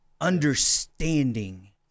Understanding